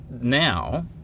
now